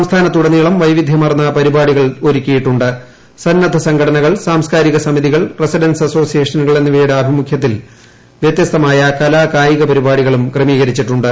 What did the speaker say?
സംസ്ഥാനത്തുടനീളം വൈവിധൃമാർന്ന പരിപാടികൾ ഒരുക്കിയിട്ടുണ്ട് സന്നദ്ധ സംഘടനകൾ സാംസ്കാരിക സമിതികൾ റസ്റ്ഡ്ൻസ് അസ്നോസിയേഷനുകൾ എന്നിവയുടെ ആഭിമുഖ്യത്തിൽ വ്യത്യസ്ഥമായ കലാകായിക പരിപാടികളും ക്രമീകരിച്ചിട്ടുണ്ട്